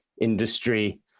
industry